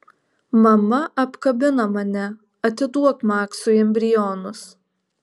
mama apkabina mane atiduok maksui embrionus